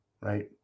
right